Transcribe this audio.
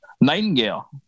Nightingale